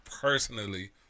personally